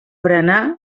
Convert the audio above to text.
berenar